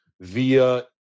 Via